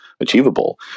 achievable